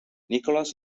nicholas